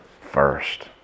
first